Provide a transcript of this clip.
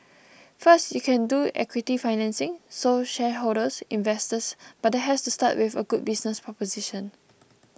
first you can do equity financing so shareholders investors but that has to start with a good business proposition